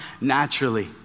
naturally